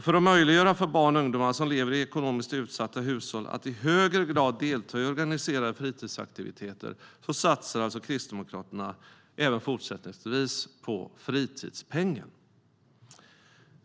För att möjliggöra för barn och ungdomar som lever i ekonomiskt utsatta hushåll att i högre grad delta i organiserade fritidsaktiviteter satsar Kristdemokraterna även fortsättningsvis på fritidspengen.